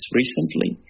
recently